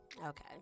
Okay